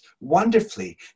wonderfully